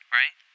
right